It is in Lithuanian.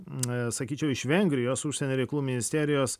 sakyčiau iš vengrijos užsienio reikalų ministerijos